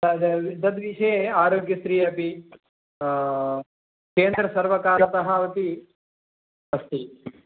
तद् तद् विषये आरोग्यस्री अपि केन्द्रसर्वकारतः अपि अस्ति